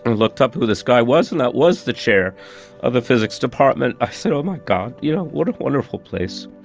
and looked up who this guy was, and that was the chair of the physics department. i said, oh, my god, you know, what a wonderful place.